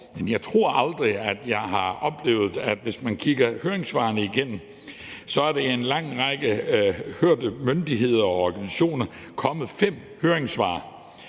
at jeg tror aldrig, at jeg har oplevet, at hvis man kigger høringssvarene igennem, så er der fra en lang række hørte myndigheder og organisationer kommet fem høringssvar,